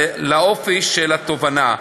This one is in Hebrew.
לאופי של התובענה.